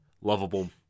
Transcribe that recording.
lovable